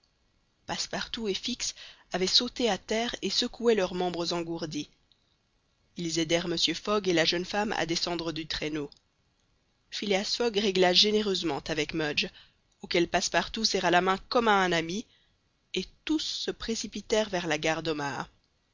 passepartout et fix avaient sauté à terre et secouaient leurs membres engourdis ils aidèrent mr fogg et la jeune femme à descendre du traîneau phileas fogg régla généreusement avec mudge auquel passepartout serra la main comme à un ami et tous se précipitèrent vers la gare d'omaha